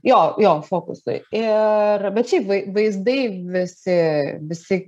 jo jo fokusui ir bet šiaip vai vaizdai visi visi